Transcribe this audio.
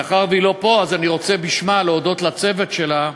מאחר שהיא לא פה, אני רוצה בשמה להודות לצוות שלה,